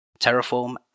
Terraform